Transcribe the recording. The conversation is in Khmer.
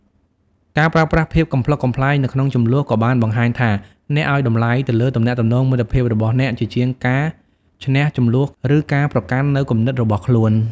ការប្រើប្រាស់ភាពកំប្លុកកំប្លែងនៅក្នុងជម្លោះក៏បានបង្ហាញថា អ្នកឱ្យតម្លៃទៅលើទំនាក់ទំនងមិត្តភាពរបស់អ្នកជាងការឈ្នះជម្លោះឬការប្រកាន់នូវគំនិតរបស់ខ្លួន។